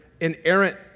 inerrant